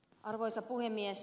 arvoisa puhemies